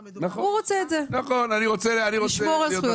נכון, אני רוצה להיות בטוח.